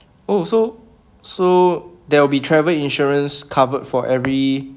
oh so so there will be travel insurance covered for every